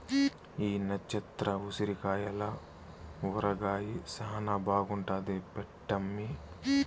ఈ నచ్చత్ర ఉసిరికాయల ఊరగాయ శానా బాగుంటాది పెట్టమ్మీ